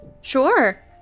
Sure